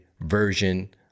version